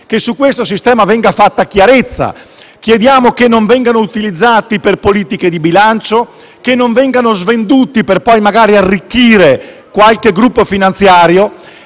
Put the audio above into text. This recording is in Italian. che su questo sistema venga fatta chiarezza, che non vengano utilizzati per politiche di bilancio né svenduti per poi arricchire qualche gruppo finanziario.